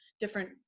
different